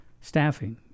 staffing